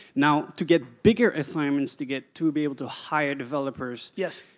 now to get bigger assignments to get to be able to hire developers, yes.